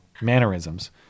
mannerisms